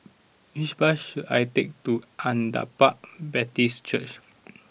which bus should I take to Agape Baptist Church